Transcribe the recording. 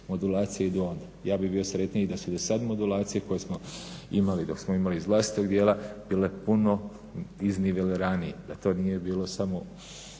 Modulacije idu onda. Ja bih bio sretniji da su i do sad modulacije koje smo imali dok smo imali iz vlastitog dijela bile puno izniveliranije, da to nije bilo samo